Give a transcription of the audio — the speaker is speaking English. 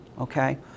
Okay